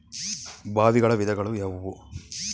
ಬಾವಿಗಳ ವಿಧಗಳು ಯಾವುವು?